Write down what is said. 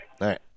right